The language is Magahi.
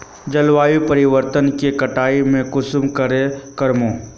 जलवायु परिवर्तन के कटाई में कुंसम करे करूम?